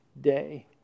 day